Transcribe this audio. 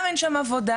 גם אין שם עבודה."